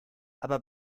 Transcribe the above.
aber